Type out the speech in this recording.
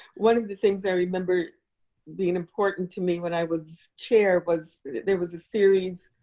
one of the things i remember being important to me when i was chair was there was a series,